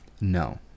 No